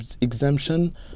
exemption